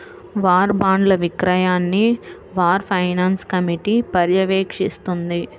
war బాండ్ల విక్రయాన్ని war finance committee పర్యవేక్షిస్తుంది